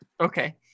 Okay